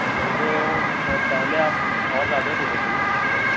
اچھا یہ تو شاید پہلے آپ اور زیادہ دیتے تھے نا ڈسکاؤنٹ